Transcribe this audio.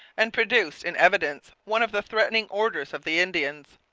and produced in evidence one of the threatening orders of the indians.